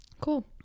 Cool